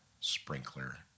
sprinkler